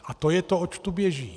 A to je to, oč tu běží.